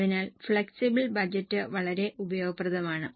അതിനാൽ flexible budgets വളരെ ഉപയോഗപ്രദമാണ്